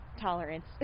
Tolerance